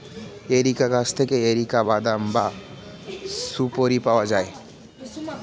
areca গাছ থেকে areca বাদাম বা সুপোরি পাওয়া যায়